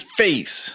face